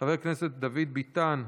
חבר הכנסת דוד ביטן,